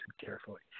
carefully